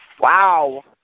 Wow